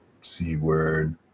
c-word